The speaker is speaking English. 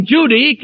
Judy